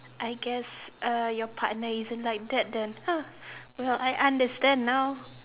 I guess uh your partner isn't like that then ha well I understand now